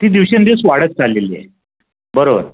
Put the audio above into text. ती दिवसेंदिवस वाढत चाललेली आहे बरोबर